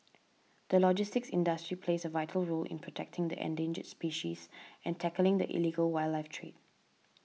the logistics industry plays a vital role in protecting the endangered species and tackling the illegal wildlife trade